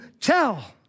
tell